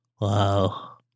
Wow